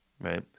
right